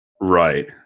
Right